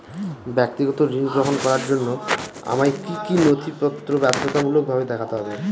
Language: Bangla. ব্যক্তিগত ঋণ গ্রহণ করার জন্য আমায় কি কী নথিপত্র বাধ্যতামূলকভাবে দেখাতে হবে?